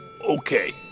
Okay